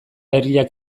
herriak